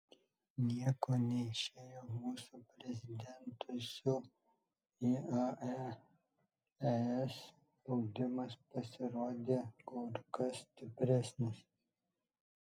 nieko neišėjo mūsų prezidentui su iae es spaudimas pasirodė kur kas stipresnis